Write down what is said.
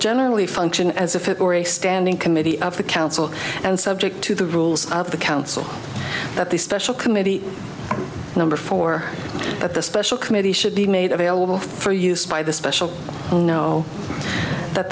generally function as if it were a standing committee of the council and subject to the rules of the council that the special committee number four at the special committee should be made available for use by the special oh no that